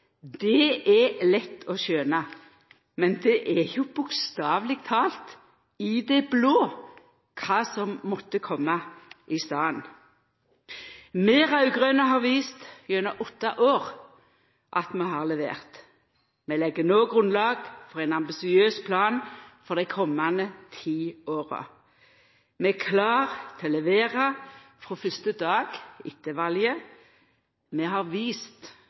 Det er lett å skjøna, men det er jo bokstaveleg talt i det blå kva som måtte koma i staden. Vi raud-grøne har vist – gjennom åtte år – at vi har levert. Vi legg nå grunnlag for ein ambisiøs plan for dei kommande ti åra. Vi er klare til å levera frå fyrste dag etter valet. Vi har vist